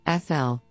FL